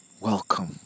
Welcome